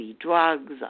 drugs